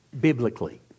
biblically